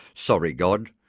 sorry, god!